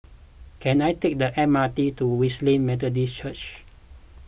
can I take the M R T to Wesley Methodist Church